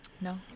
No